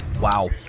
Wow